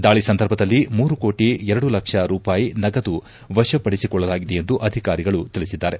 ದಾಳಿ ಸಂದರ್ಭದಲ್ಲಿ ಮೂರು ಕೋಟಿ ಎರಡು ಲಕ್ಷ ರೂಪಾಯಿ ನಗದು ವಶ ಪಡಿಸಿಕೊಳ್ಳಲಾಗಿದೆ ಎಂದು ಅಧಿಕಾರಿ ತಿಳಿಸಿದ್ದಾರೆ